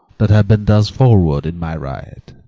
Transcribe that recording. that have been thus forward in my right,